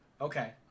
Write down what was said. Okay